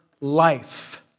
life